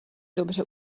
dobře